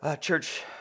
church